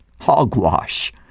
hogwash